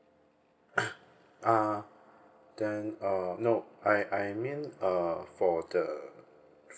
uh then uh no I I mean uh for the